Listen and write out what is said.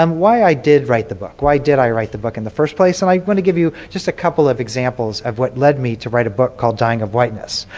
um why i did write the book, why did i write the book in the first place. and i want to give you just a couple of examples of what led me to write a book called dying of whiteness.